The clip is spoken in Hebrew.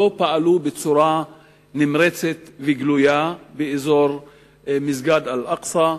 לא פעלו בצורה נמרצת וגלויה באזור מסגד אל-אקצא,